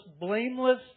blameless